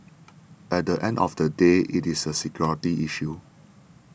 at the end of the day it is a security issue